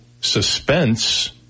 suspense